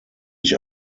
ich